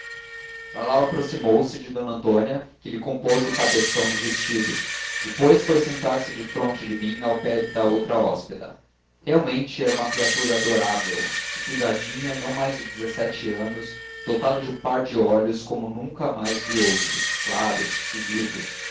lalau lalau aproximou-se de d antônia que lhe compôs o cabeção do vestido depois foi sentar-se defronte de mim ao pé da outra hóspeda realmente era uma criatura adorável espigadinha não mais de dezessete anos dotada de um par de olhos como nunca mais vi outros claros e vivos